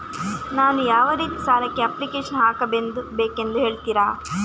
ನಾನು ಯಾವ ರೀತಿ ಸಾಲಕ್ಕೆ ಅಪ್ಲಿಕೇಶನ್ ಹಾಕಬೇಕೆಂದು ಹೇಳ್ತಿರಾ?